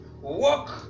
walk